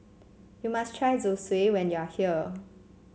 you must try Zosui when you are here